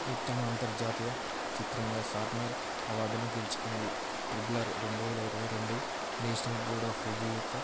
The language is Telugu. ఉత్తమ అంతర్జాతీయ చిత్రంగా సాట్నర్ అవార్డుని గెలుచుకుంది త్రిబుల్ ఆర్ రెండు వేల ఇరవై రెండు నేషనల్ బోర్డ్ ఆఫ్ రివ్యూ యొక్క